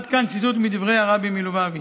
עד כאן ציטוט של הרבי מלובביץ.